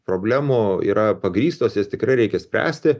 problemų yra pagrįstos jas tikrai reikia spręsti